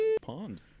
Pond